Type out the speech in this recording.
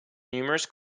numerous